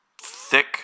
Thick